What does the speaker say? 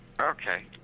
okay